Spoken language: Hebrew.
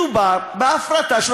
מדובר בהפרטה.